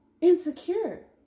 insecure